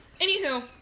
anywho